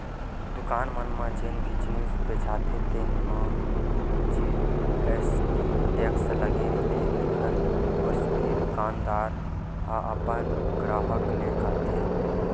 दुकान मन म जेन भी जिनिस बेचाथे तेन म जी.एस.टी टेक्स लगे रहिथे तेखर वसूली दुकानदार ह अपन गराहक ले करथे